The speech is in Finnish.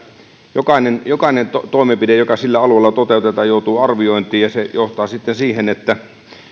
jokainen jokainen toimenpide joka sillä alueella toteutetaan joutuu arviointiin ja se johtaa sitten siihen että se